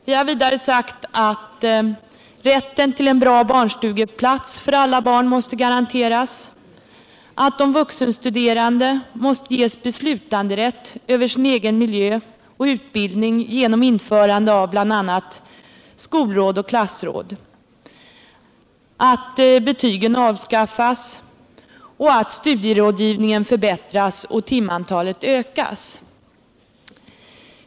Vi har vidare sagt att rätten till en bra barnstugeplats för alla barn måste garanteras, att de vuxenstuderande måste ges beslutanderätt över sin egen miljö och utbildning genom införande av bl.a. skolråd och klassråd, att betygen avskaffas och att studierådgivningen förbättras och timantalet ökas.